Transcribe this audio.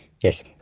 Yes